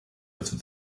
within